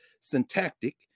syntactic